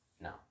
No